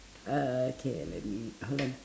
uh okay let me hold on